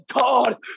God